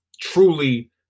truly